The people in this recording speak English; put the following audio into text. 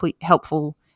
helpful